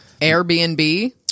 Airbnb